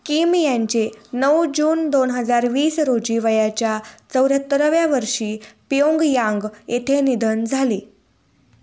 Kim यांचे नऊ जून दोन हजार वीस रोजी वयाच्या चौऱ्यात्तराव्या वर्षी प्योंगयांग येथे निधन झाले